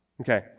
Okay